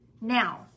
Now